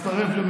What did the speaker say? תצטרף אלינו,